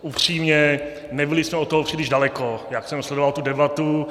Upřímně, nebyli jsme od toho příliš daleko, jak jsem sledoval tu debatu.